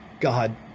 God